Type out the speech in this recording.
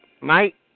Mike